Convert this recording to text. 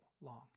long